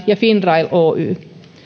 ja finrail oy